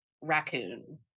raccoon